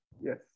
Yes